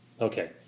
Okay